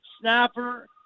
snapper